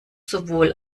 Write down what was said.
sowohl